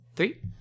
Three